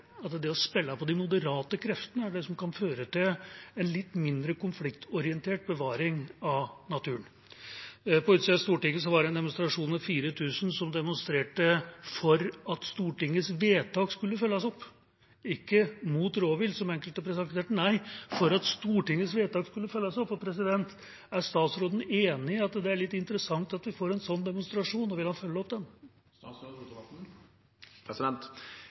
det som kan føre til en litt mindre konfliktorientert bevaring av naturen. På utsida av Stortinget var det en demonstrasjon der 4 000 demonstrerte for at Stortingets vedtak skulle følges opp – ikke en demonstrasjon mot rovvilt, som enkelte presenterte det som, nei, for at Stortingets vedtak skulle følges opp. Er statsråden enig i at det er litt interessant at vi får en sånn demonstrasjon, og vil han følge opp den?